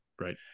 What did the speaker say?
right